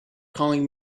calling